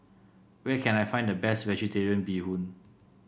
where can I find the best vegetarian Bee Hoon